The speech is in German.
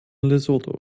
lesotho